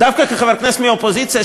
דווקא כחבר כנסת מהאופוזיציה,